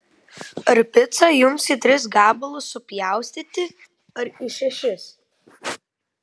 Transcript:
ar picą jums į tris gabalus supjaustyti ar į šešis